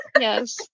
yes